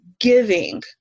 giving